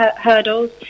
hurdles